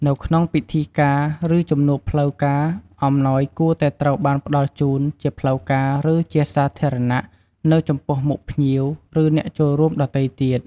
នៅក្នុងពិធីការ ឬជំនួបផ្លូវការ អំណោយគួរតែត្រូវបានផ្តល់ជូន ជាផ្លូវការ ឬជាសាធារណៈ នៅចំពោះមុខភ្ញៀវ ឬអ្នកចូលរួមដទៃទៀត។